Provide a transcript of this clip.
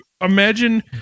Imagine